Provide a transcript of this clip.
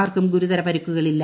ആർക്കും ഗുരുതര പരിക്കുകളില്ല